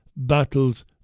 Battles